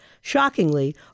Shockingly